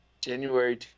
january